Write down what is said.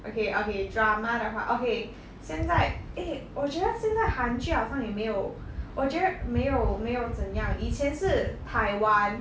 okay okay drama 的话 okay 现在 eh 我觉得现在韩据好像也没有我觉得没有没有怎样以前是台湾